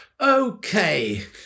okay